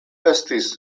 estis